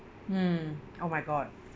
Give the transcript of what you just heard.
mm oh my god